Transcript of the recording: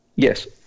Yes